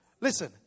Listen